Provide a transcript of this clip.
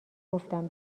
گفتم